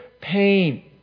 pain